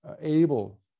able